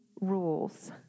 rules